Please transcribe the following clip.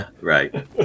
Right